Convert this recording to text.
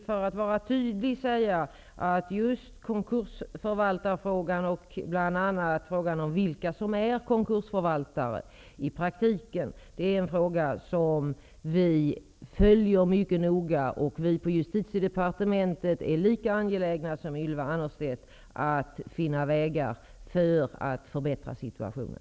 För att vara tydlig vill jag säga att just konkursförvaltarfrågan och bl.a. frågan om vilka som är konkursförvaltare i praktiken är frågor som vi följer mycket noga. Vi på justitiedepartementet är lika angelägna som Ylva Annerstedt om att finna vägar för att förbättra situationen.